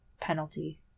penalty